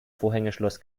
vorhängeschloss